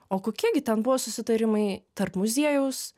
o kokie gi ten buvo susitarimai tarp muziejaus